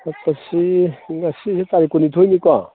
ꯆꯠꯄꯁꯤ ꯉꯁꯤꯁꯤ ꯇꯥꯔꯤꯛ ꯀꯨꯟꯅꯤꯊꯣꯏꯅꯤꯀꯣ